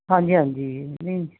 ਹਾਂਜੀ ਹਾਂਜੀ ਜੀ ਨਹੀਂ